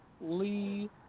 Lee